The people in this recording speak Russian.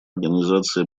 организации